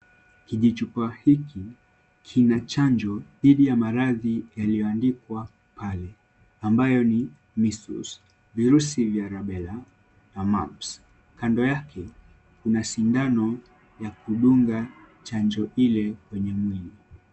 Kwenye chupa hiki, kina chanjo dhidi ya maradhi yaliyoandikwa pale ambayo ni measles , virusi vya rubela na mumps . Kando yake kuna sindano ya kudunga chanjo ile kwenye mwili.